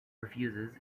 refuses